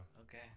Okay